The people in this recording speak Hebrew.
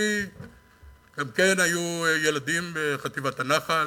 וגם לי היו ילדים בחטיבת הנח"ל,